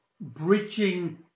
bridging